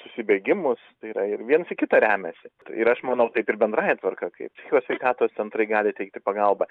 susibėgimus tai yra ir viens į kitą remiasi ir aš manau taip ir bendrąja tvarka kaip psichikos sveikatos centrai gali teikti pagalbą